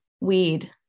weed